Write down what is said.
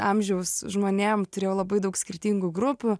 amžiaus žmonėm turėjau labai daug skirtingų grupių